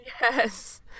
Yes